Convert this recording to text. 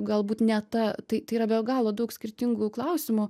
galbūt ne ta tai tai yra be galo daug skirtingų klausimų